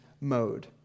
mode